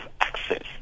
access